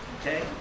Okay